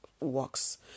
works